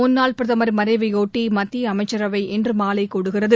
முன்னாள் பிரதமர் மறைவையொட்டி மத்திய அமைச்சரவை இன்று மாலை கூடுகிறது